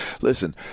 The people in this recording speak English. listen